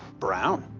brown.